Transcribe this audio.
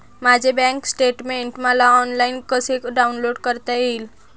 माझे bank statement मला online कसे डाउनलोड करता येईल?